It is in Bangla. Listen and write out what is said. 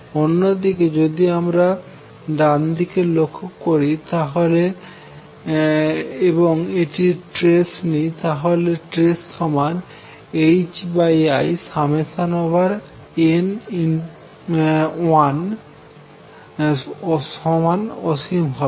অন্য দিকে অর্থাৎ যদি আমরা ডানদিকে লক্ষ্য করি তাহলে এবং এটির ট্রেস নিই তাহলে ট্রেস সমান ℏin1 সমান অসীম হবে